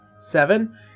Seven